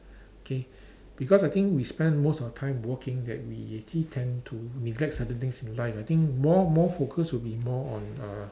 okay because I think we spent most of the time working that we actually tend to neglect certain things in life I think more more focus would be more on uh